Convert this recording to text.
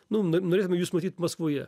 nu no norėtume jus matyt maskvoje